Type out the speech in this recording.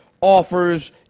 offers